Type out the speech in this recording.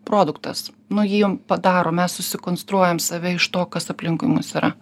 produktas nu jį jum padaro mes susikonstruojam save iš to kas aplinkui mus yra